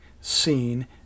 seen